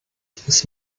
ist